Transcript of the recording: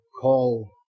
call